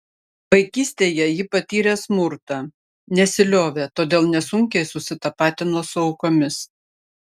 vaikystėje ji patyrė smurtą nesiliovė todėl nesunkiai susitapatino su aukomis